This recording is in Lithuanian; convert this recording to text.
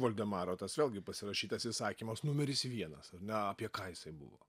voldemaro tas vėlgi pasirašytas įsakymas numeris vienas ar ne apie ką jisai buvo